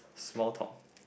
small talk